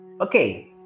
Okay